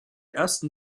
ersten